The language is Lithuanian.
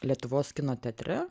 lietuvos kino teatre